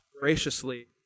graciously